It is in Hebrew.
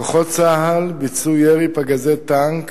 כוחות צה"ל ביצעו ירי פגזי טנק